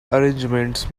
arrangements